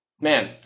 man